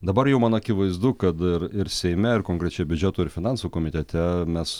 dabar jau man akivaizdu kad ir ir seime ir konkrečiai biudžeto ir finansų komitete mes